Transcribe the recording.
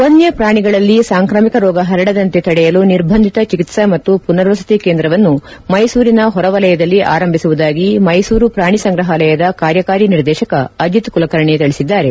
ವನ್ನ ಪ್ರಾಣಿಗಳಲ್ಲಿ ಸಾಂಕ್ರಾಮಿಕ ರೋಗ ಹರಡದಂತೆ ತಡೆಯಲು ನಿರ್ಬಂಧಿತ ಚಿಕಿತ್ಸಾ ಮತ್ತು ಪುನರ್ವಸತಿ ಕೇಂದ್ರವನ್ನು ಮೈಸೂರಿನ ಹೊರ ವಲಯದಲ್ಲಿ ಅರಂಭಿಸುವುದಾಗಿ ಮೈಸೂರು ಪ್ರಾಣಿ ಸಂಗ್ರಹಾಲಯದ ಕಾರ್ಯಕಾರಿ ನಿರ್ದೇಶಕ ಅಜಿತ್ ಕುಲಕರ್ಣಿ ತಿಳಿಸಿದ್ದಾರೆ